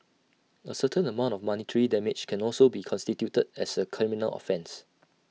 A certain amount of monetary damage can also be constituted as A criminal offence